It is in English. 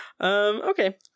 Okay